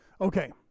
Okay